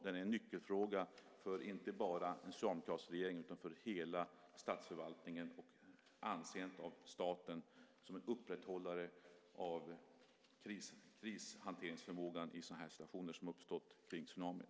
Det är en nyckelfråga för inte bara den socialdemokratiska regeringen utan för hela statsförvaltningen och statens anseende som upprätthållare av krishanteringsförmågan i sådana situationer som uppstått med anledning av tsunamin.